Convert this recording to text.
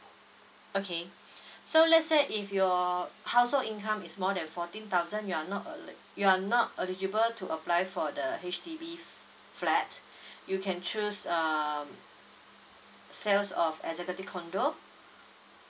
okay so let's say if your household income is more than fourteen thousand you're not err you're not eligible to apply for the H_D_B flat you can choose um sales of executive condo